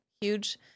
huge